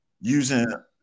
using